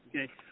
Okay